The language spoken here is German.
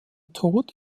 tod